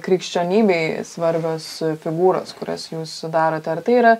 krikščionybėj svarbios figūros kurias jūs darote ar tai yra